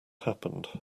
happened